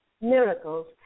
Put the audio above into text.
miracles